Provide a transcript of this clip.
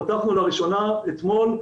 פתחנו לראשונה אתמול,